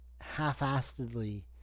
half-assedly